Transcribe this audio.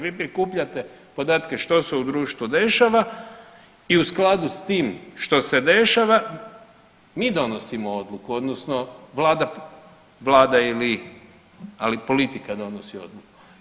Vi prikupljate podatke što se u društvu dešava i u skladu s tim što se dešava mi donosimo odluku odnosno vlada, vlada ili, ali politika donosi odluku.